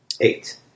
Eight